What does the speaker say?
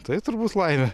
tai turbūt laimė